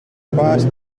fast